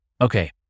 Okay